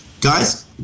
Guys